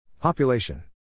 Population